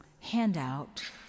handout